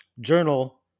Journal